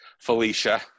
Felicia